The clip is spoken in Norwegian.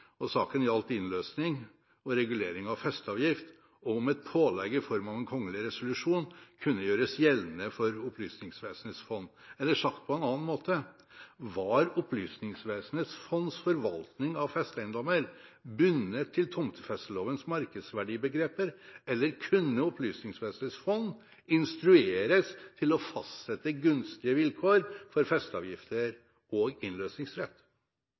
Saken gjaldt innløsning og regulering av festeavgift, og om et pålegg i form av en kongelig resolusjon kunne gjøres gjeldende for Opplysningsvesenets fond – eller sagt på en annen måte: Var Opplysningsvesenets fonds forvaltning av festeeiendommer bundet til tomtefestelovens markedsverdibegreper, eller kunne Opplysningsvesenets fond instrueres til å fastsette gunstige vilkår for festeavgifter og innløsningsrett?